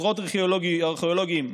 אוצרות ארכיאולוגיים,